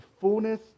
fullness